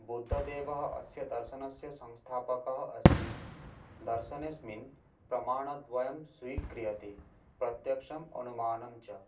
बुद्धदेवः अस्य दर्शनस्य संस्थापकः अस्ति दर्शनेस्मिन् प्रमाणद्वयं स्वीक्रियते प्रत्यक्षम् अनुमानञ्च